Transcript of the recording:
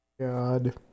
God